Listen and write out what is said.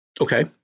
Okay